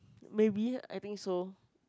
maybe I think so